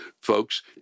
folks